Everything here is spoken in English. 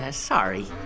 ah sorry